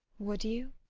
would you?